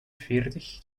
veertig